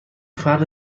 فرد